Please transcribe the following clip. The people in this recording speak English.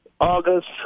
August